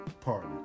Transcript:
party